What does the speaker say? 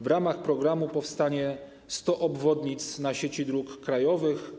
W ramach programu powstanie 100 obwodnic na sieci dróg krajowych.